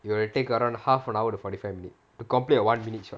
it will take around half an hour to forty five minutes to the complete a one minute shot